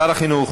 שר החינוך,